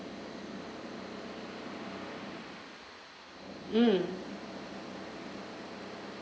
mm